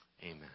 Amen